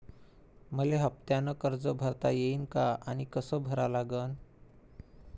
मले हफ्त्यानं कर्ज भरता येईन का आनी कस भरा लागन?